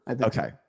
Okay